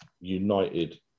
united